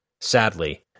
sadly